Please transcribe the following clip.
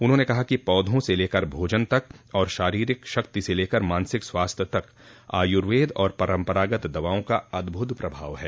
उन्होंने कहा कि पौधों से लेकर भोजन तक और शारीरिक शक्ति से लेकर मानसिक स्वास्थ्य तक आयुर्वेद और परंपरागत दवाओं का अद्भुत प्रभाव है